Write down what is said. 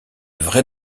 vrai